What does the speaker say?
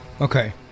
Okay